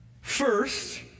First